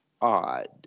odd